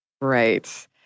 Right